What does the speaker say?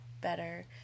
better